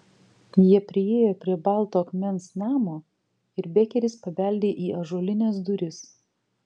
jie priėjo prie balto akmens namo ir bekeris pabeldė į ąžuolines duris